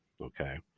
okay